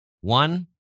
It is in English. One